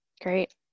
Great